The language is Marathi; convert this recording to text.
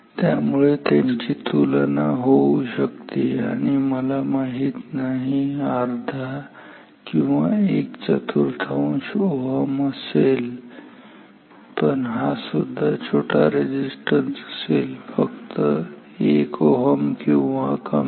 त्यामुळे यांची तुलना होऊ शकते आणि हा मला माहीत नाही अर्धा Ω किंवा एकचतुर्थांश Ω असेल पण हा सुद्धा एक छोटा रेझिस्टन्स असेल फक्त 1 Ω किंवा कमी